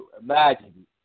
imagine